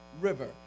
river